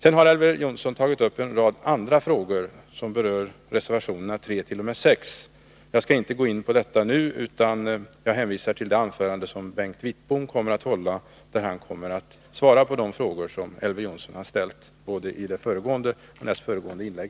Elver Jonsson tog även upp en rad andra frågor som gäller reservationerna 3-6. Jag skall inte beröra dem nu, utan hänvisar till det anförande som Bengt Wittbom kommer att hålla. Han kommer att svara på de frågor som Elver Jonsson har ställt i sina föregående inlägg.